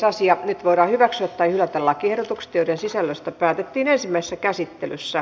nyt voidaan hyväksyä tai hylätä lakiehdotukset joiden sisällöstä päätettiin ensimmäisessä käsittelyssä